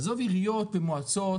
עזוב עיריות ומועצות